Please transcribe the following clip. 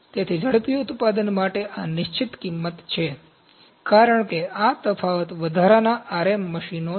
તેથી ઝડપી ઉત્પાદન માટે આ નિશ્ચિત કિંમત છે કારણ કે આ તફાવત વધારાના RM મશીનો છે